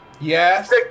Yes